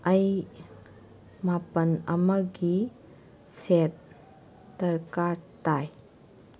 ꯑꯩ ꯃꯥꯄꯜ ꯑꯃꯒꯤ ꯁꯦꯠ ꯗꯔꯀꯥꯔ ꯇꯥꯏ